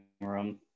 room